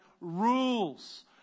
rules